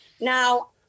Now